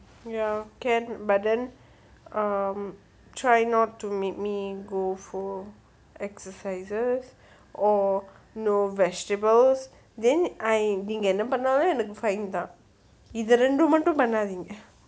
ya can but then um try not to make me go for exercises or no vegetables then I நீங்க என்ன பண்ணாலும் எனக்கு:nenga enna pannalum enakku fine தா இது ரெண்டும் மட்டும் பண்ணாதிங்க:thaa ithu rendum mattum pannathinga